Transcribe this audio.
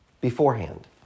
beforehand